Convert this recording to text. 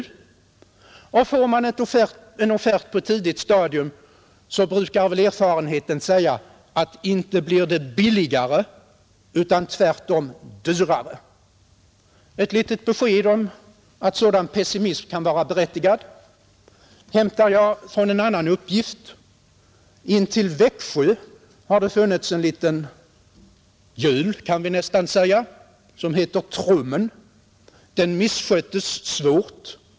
Får man en offert på ett tidigt stadium så brukar erfarenheten säga att inte blir det billigare utan tvärtom dyrare. Ett litet besked om att sådan pessimism kan vara berättigad hämtar jag från en annan uppgift. Intill Växjö har det funnits en liten göl, kan vi nästan säga, som heter Trummen. Den missköttes svårt.